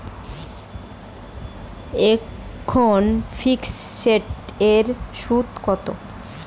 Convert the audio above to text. এখন ফিকসড এর সুদ কত?